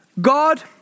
God